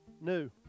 new